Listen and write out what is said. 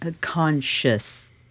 conscious